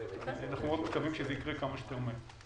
ואנחנו מאוד מקווים שזה ייקרה כמה שיותר מהר.